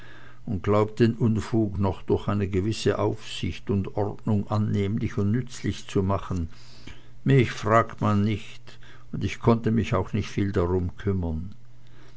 und glaubt den unfug noch durch eine gewisse aufsicht und ordnung annehmlich und nützlich zu machen mich fragt man nicht und ich konnte mich nicht viel darum kümmern